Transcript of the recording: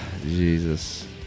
Jesus